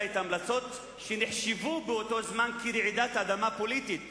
את ההמלצות שנחשבו באותו זמן רעידת אדמה פוליטית.